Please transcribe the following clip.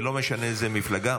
ולא משנה מאיזו מפלגה,